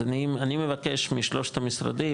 אז אני מבקש משלושת המשרדים,